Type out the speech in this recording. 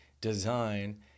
design